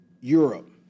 Europe